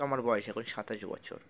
আমার বয়স এখন সাতাশ বছর